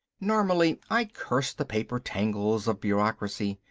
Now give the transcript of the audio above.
normally i curse the paper tangles of bureaucracy,